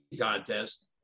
contest